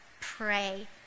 pray